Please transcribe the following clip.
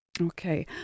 Okay